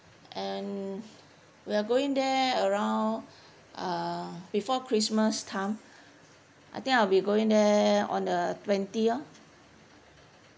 and we are going there around uh before christmas time I think I will be going there on the twentieth